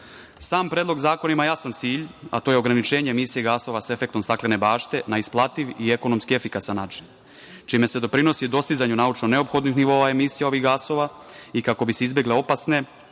predlog zakona ima jasan cilj, a to je ograničenje emisije gasova sa efektom staklene bašte na isplativ i ekonomski efikasan način, čime se doprinosi dostizanju naučno neophodnih nivoa emisije ovih gasova i kako bi se izbegle opasne